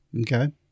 okay